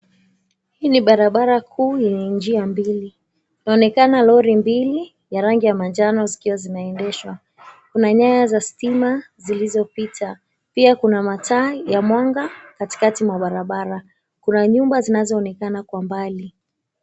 Hii ni barabara kuu yenye njia mbili. Inaonekana lori mbili ya rangi ya manjano zikiwa zimeendeshwa. Kuna nyaya za stima zilizopita. Pia kuna mataa ya mwanga katikati mwa barabara. Kuna nyumba zinazoonekana kwa mbali.